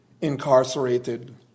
incarcerated